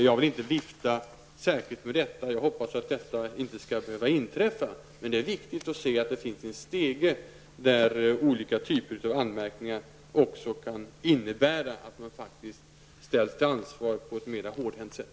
Jag vill inte vifta särskilt med detta -- jag hoppas att det inte skall behöva inträffa -- men det är viktigt att se att det finns en stege där olika typer av anmärkningar även kan innebära att man faktiskt ställs till ansvar på ett mera hårdhänt sätt.